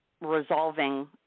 resolving